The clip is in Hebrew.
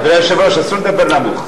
אדוני היושב-ראש, אסור לדבר נמוך.